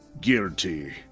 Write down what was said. Guilty